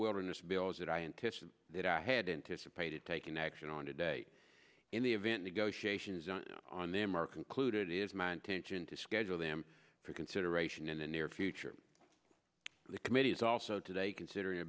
wilderness bills that i anticipate that i had anticipated taking action on today in the event negotiations on them are concluded it is my intention to schedule them for consideration in the near future the committee is also today considering